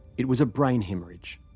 it was a brain haemorrhage.